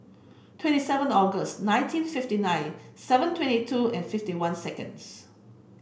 twenty seven August nineteen fifty nine seven twenty two and fifty one seconds